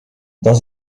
dans